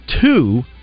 two